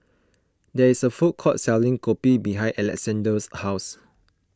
there is a food court selling Kopi behind Alexandr's house